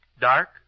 dark